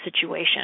situation